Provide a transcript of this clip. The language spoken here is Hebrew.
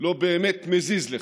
לא באמת מזיז לך,